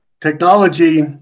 technology